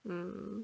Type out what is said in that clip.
mm